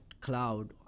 Cloud